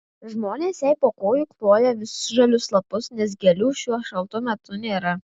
žmonės jai po kojų kloja visžalius lapus nes gėlių šiuo šaltu metu nėra